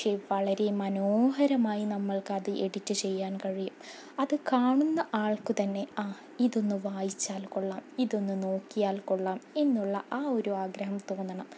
പക്ഷെ വളരെ മനോഹരമായി നമ്മൾക്കത് എഡിറ്റ് ചെയ്യാൻ കഴിയും അത് കാണുന്ന ആൾക്ക് തന്നെ ആ ഇതൊന്ന് വായിച്ചാൽ കൊള്ളാം ഇതൊന്ന് നോക്കിയാൽ കൊള്ളാം എന്നുള്ള ആ ഒരു ആഗ്രഹം തോന്നണം